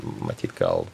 matyt gal